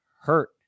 hurt